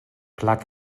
plug